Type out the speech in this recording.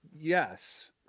yes